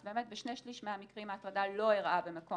אז באמת בשני שליש מהמקרים ההטרדה לא אירעה במקום